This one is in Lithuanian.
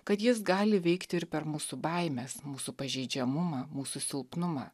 kad jis gali veikti ir per mūsų baimes mūsų pažeidžiamumą mūsų silpnumą